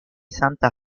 santa